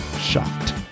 shocked